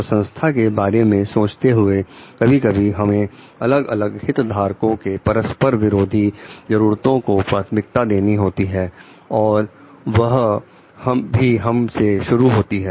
तो संस्था के बारे में सोचते हुए कभी कभी हमें अलग अलग हित धारकों के परस्पर विरोधी जरूरतों को प्राथमिकता देनी होती है और वह भी हम से शुरू होती है